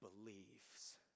believes